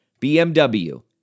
BMW